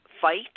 fight